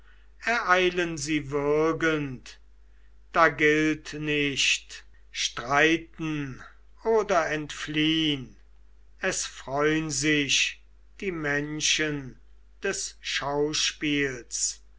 ereilen sie würgend da gilt nicht streiten oder entfliehn es freun sich die menschen des schauspiels